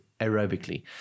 aerobically